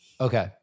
Okay